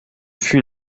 fut